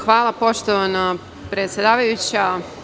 Hvala, poštovana predsedavajuća.